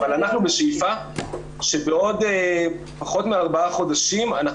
אבל אנחנו בשאיפה שבעוד פחות מארבעה חודשים אנחנו